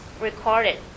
recorded